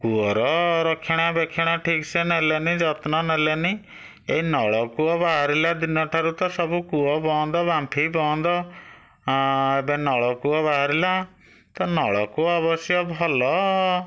କୂଅର ରକ୍ଷଣା ବେକ୍ଷଣା ଠିକ୍ ସେ ନେଲେନି ଯତ୍ନ ନେଲେନି ଏଇ ନଳକୂଅ ବାହାରିଲା ଦିନଠାରୁ ତ ସବୁ କୂଅ ବନ୍ଦ ବାମ୍ଫି ବନ୍ଦ ଏବେ ନଳକୂଅ ବାହାରିଲା ତ ନଳକୂଅ ଅବଶ୍ୟ ଭଲ